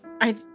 I-